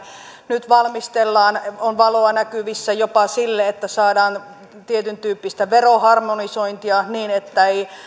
nyt valmistellaan ja on valoa näkyvissä jopa sille että saadaan tietyntyyppistä veroharmonisointia niin että ei